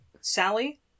Sally